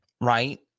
Right